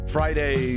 Friday